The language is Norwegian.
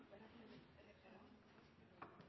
ei